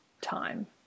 time